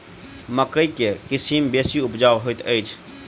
मकई केँ के किसिम बेसी उपजाउ हएत अछि?